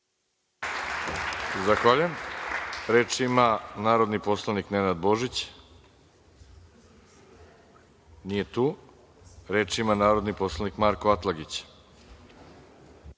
Zahvaljujem. Narodni poslanik Nenad Božić nije tu. Reč ima narodni poslanik Marko Atlagić.